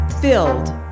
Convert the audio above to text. filled